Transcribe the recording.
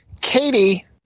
katie